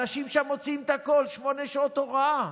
האנשים שם מוציאים את הקול, שמונה שעות הוראה,